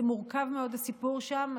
זה מורכב מאוד, הסיפור שם.